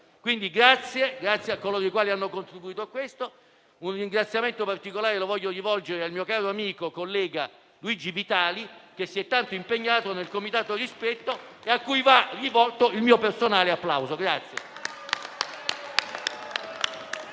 italiani. Grazie a coloro i quali hanno contribuito a questo risultato. Un ringraziamento particolare lo voglio rivolgere al mio caro amico collega Luigi Vitali, che si è tanto impegnato nel comitato ristretto e a cui va il mio personale applauso.